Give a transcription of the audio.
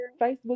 Facebook